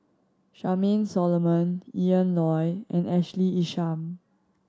Charmaine Solomon Ian Loy and Ashley Isham